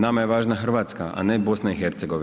Nama je važna Hrvatska, a ne BiH.